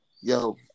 yo